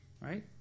Right